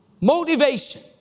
motivation